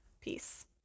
Peace